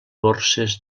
borses